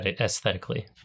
aesthetically